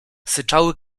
syczały